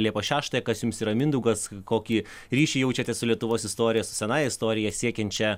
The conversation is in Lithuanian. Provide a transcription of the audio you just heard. liepos šeštąją kas jums yra mindaugas kokį ryšį jaučiate su lietuvos istorija su senąja istorija siekiančia